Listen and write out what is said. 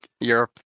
europe